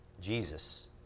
Jesus